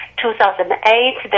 2008